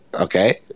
okay